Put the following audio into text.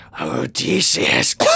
Odysseus